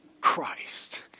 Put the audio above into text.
Christ